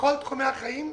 בכל תחומי החיים: